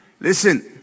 Listen